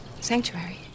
Sanctuary